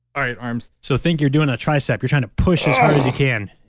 all right. arms so think you're doing a tricep. you're trying to push as hard as you can.